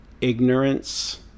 ignorance